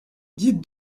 guide